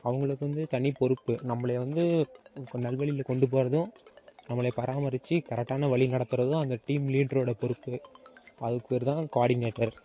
அவங்களுக்கு வந்து தனி பொறுப்பு நம்மள வந்து நல்வழியில் கொண்டு போகிறதும் நம்மள பராமரித்து கரக்டான வழி நடத்துறது அந்த டீம் லீடரோட பொறுப்பு அதுக்கு பேர்தான் குவாடினேட்டர்